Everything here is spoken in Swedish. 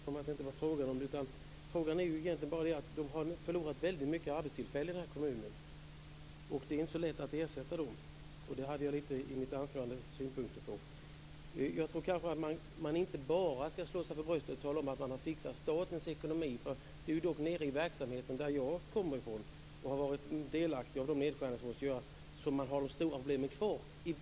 Fru talman! Det var inte fråga om det. Saken är den att de har förlorat många arbetstillfällen i den här kommunen, och det är inte så lätt att ersätta dem. Jag hade synpunkter på det i mitt anförande. Jag tror kanske att man inte bara skall slå sig för bröstet och tala om att man har fixat statens ekonomi. Det är dock nere i verksamheten - jag kommer därifrån och har varit delaktig i de nedskärningar som måste göras - som man har de stora problemen kvar.